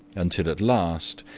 until at last,